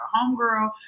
homegirl